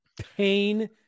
pain